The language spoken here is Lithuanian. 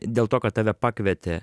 dėl to kad tave pakvietė